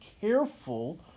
careful